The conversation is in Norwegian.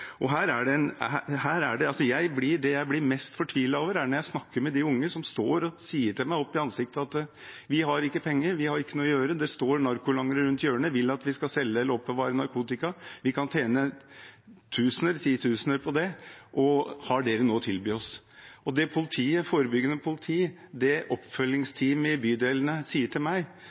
Det jeg blir mest fortvilet over, er når jeg snakker med de unge som står og sier til meg, opp i ansiktet: Vi har ikke penger, vi har ikke noe å gjøre, det står narkolangere rundt hjørnet og vil at vi skal selge eller oppbevare narkotika. Vi kan tjene tusener, titusener på det. Har dere noe å tilby oss? Det som forebyggende politi og oppfølgingsteamet i bydelene sier til meg